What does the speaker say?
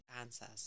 answers